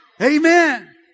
Amen